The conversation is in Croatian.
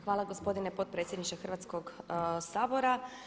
Hvala gospodine potpredsjedniče Hrvatskog sabora.